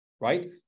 right